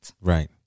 Right